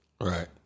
Right